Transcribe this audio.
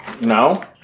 No